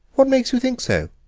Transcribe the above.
what makes you think so?